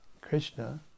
Krishna